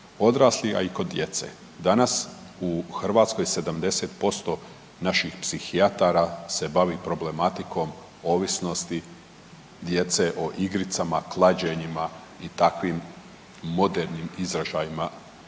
odraslih, ali i kod djece. Danas u Hrvatskoj 70% naših psihijatara se bavi problematikom ovisnosti djece o igricama, klađenjima i takvim modernim izražajima